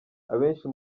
abenshi